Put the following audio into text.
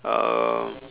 um